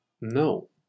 No